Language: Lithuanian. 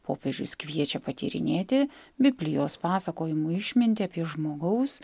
popiežius kviečia patyrinėti biblijos pasakojimų išmintį apie žmogaus